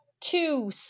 Two